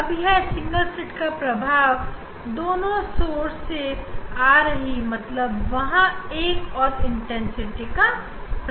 अब यह single slit का प्रभाव दोनों साइड से आ रहा है मतलब वहां एक और इंटरफ्रेंस का प्रभाव है